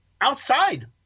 outside